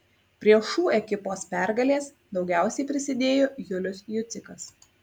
prie šu ekipos pergalės daugiausiai prisidėjo julius jucikas